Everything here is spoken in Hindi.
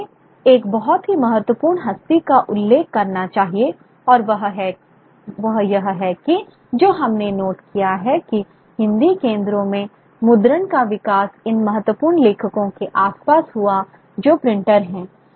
और हमें एक बहुत ही महत्वपूर्ण हस्ती का उल्लेख करना चाहिए और वह यह है कि जो हमने नोट किया है कि हिंदी केंद्रों में मुद्रण का विकास इन महत्वपूर्ण लेखकों के आसपास हुआ जो प्रिंटर हैं